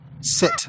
sit